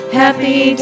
happy